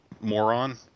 moron